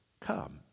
come